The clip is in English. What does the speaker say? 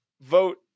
vote